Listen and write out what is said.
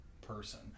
person